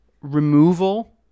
removal